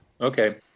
Okay